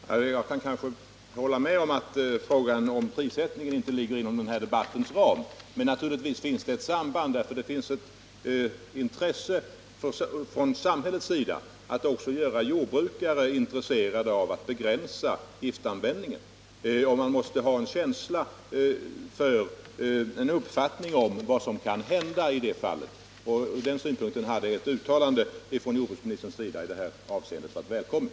Herr talman! Jag kan kanske hålla med om att frågan om prissättningen rörande jordbrukets produkter inte ligger inom ramen för denna debatt. Men naturligtvis finns det ändå ett samband, eftersom samhället också har ett intresse av att göra jordbrukare intresserade av att begränsa giftanvändningen. Man måste ha en uppfattning om utvecklingen på det området, och från den synpunkten hade ett uttalande i detta avseende från jordbruksministern varit välkommet.